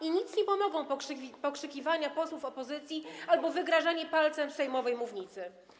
I nic nie pomogą pokrzykiwania posłów opozycji albo wygrażanie palcem z sejmowej mównicy.